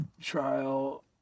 Trial